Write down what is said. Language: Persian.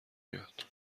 میاد